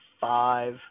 five